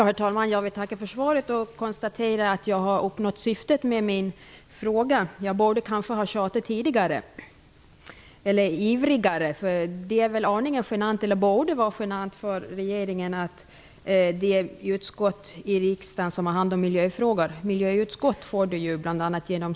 Herr talman! Jag vill tacka för svaret och konstatera att jag har uppnått syftet med min fråga. Jag borde kanske ha tjatat ivrigare. Det är väl aningen genant, det borde i varje fall vara genant, för regeringen att det utskott i riksdagen som har hand om miljöfrågor -- det utskott som genom bl.a.